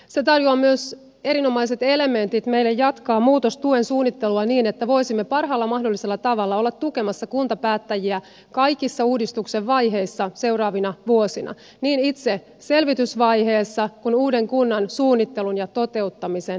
se tarjoaa myös erinomaiset elementit meille jatkaa muutostuen suunnittelua niin että voisimme parhaalla mahdollisella tavalla olla tukemassa kuntapäättäjiä kaikissa uudistuksen vaiheissa seuraavina vuosina niin itse selvitysvaiheessa kuin myös uuden kunnan suunnittelun ja toteuttamisen vaiheessa